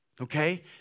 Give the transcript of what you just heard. Okay